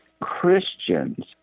Christians